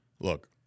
Look